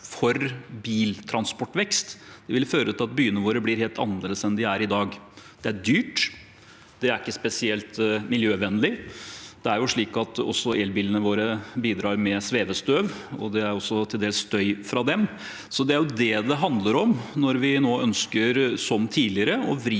for biltransportvekst ville føre til at byene våre blir helt annerledes enn de er i dag. Det er dyrt. Det er ikke spesielt miljøvennlig. Det er slik at også elbilene våre bidrar med svevestøv, og til dels er det også støy fra dem. Det er det det handler om når vi nå, som tidligere,